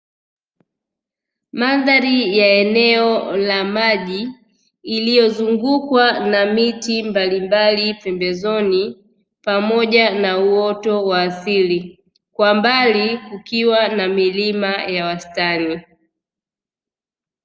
Mandhari ya eneo la maji lililozungukwa na miti mbalimbali pembezoni pamoja na uoto wa asili, kwa mbali kukiwa na milima ya wastani.